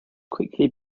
quickly